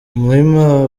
muhima